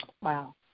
Wow